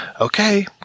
okay